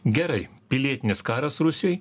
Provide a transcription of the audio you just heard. gerai pilietinis karas rusijoj